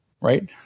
right